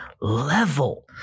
level